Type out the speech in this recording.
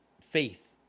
faith